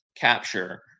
capture